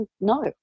no